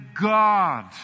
God